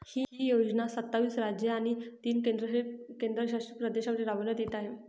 ही योजना सत्तावीस राज्ये आणि तीन केंद्रशासित प्रदेशांमध्ये राबविण्यात येत आहे